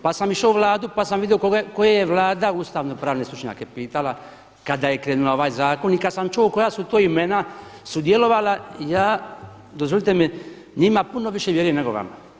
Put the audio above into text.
Pa sam išao u Vladu, pa sam vidio koje je Vlada ustavno-pravne stručnjake pitala kada je krenula ovaj zakon i kad sam čuo koja su to imena sudjelovala ja, dozvolite mi njima puno više vjerujem nego vama.